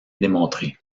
démontrée